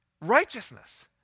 righteousness